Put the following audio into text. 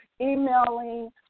emailing